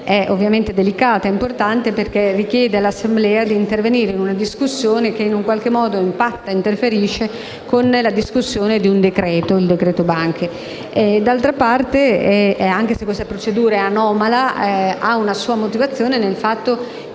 mozioni è delicata e importante, perché richiede all'Assemblea di intervenire in una discussione che in qualche modo impatta e interferisce sull'esame del decreto-legge n. 99 del 2017. D'altra parte, anche se questa procedura è anomala, ha una sua motivazione nel fatto che